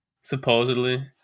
Supposedly